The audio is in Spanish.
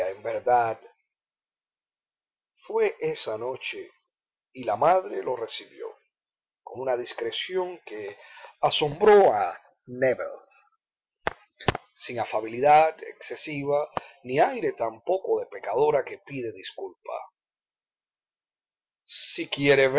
verdad fué esa noche y la madre lo recibió con una discreción que asombró a nébel sin afabilidad excesiva ni aire tampoco de pecadora que pide disculpa si quiere